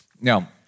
Now